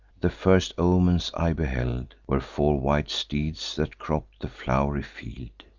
the first omens i beheld were four white steeds that cropp'd the flow'ry field.